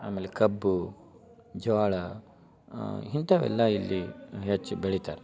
ಆಮೇಲೆ ಕಬ್ಬು ಜೋಳ ಇಂಥವೆಲ್ಲ ಇಲ್ಲಿ ಹೆಚ್ಚು ಬೆಳಿತಾರೆ